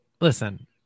Listen